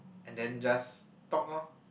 and then just talk lor